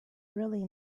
really